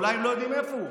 אולי הם לא יודעים איפה הוא,